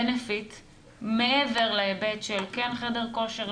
יתרונות מעבר להיבט של כן חדר כושר,